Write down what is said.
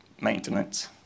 maintenance